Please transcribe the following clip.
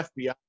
FBI